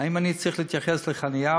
האם אני צריך להתייחס לחניה,